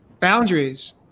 boundaries